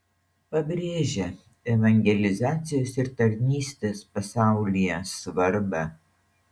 pabrėžia evangelizacijos ir tarnystės pasaulyje svarbą